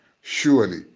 Surely